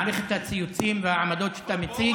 מעריך את הציוצים והעמדות שאתה מציג.